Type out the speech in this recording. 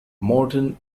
morton